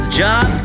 job